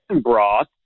broth